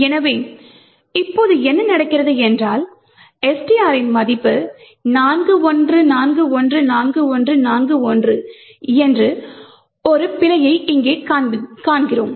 எனவே இப்போது என்ன நடக்கிறது என்றால் STR 41414141 என்று ஒரு பிழையை இங்கே காண்கிறோம்